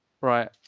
Right